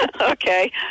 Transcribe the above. Okay